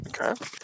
Okay